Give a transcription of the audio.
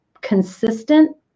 consistent